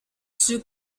zoo